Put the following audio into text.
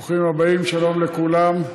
ברוכים הבאים, שלום לכולם.